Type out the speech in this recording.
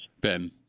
Ben